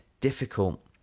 difficult